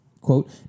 quote